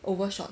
overshot